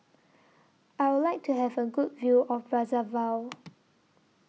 I Would like to Have A Good View of Brazzaville